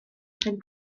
ffrind